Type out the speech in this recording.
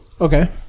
Okay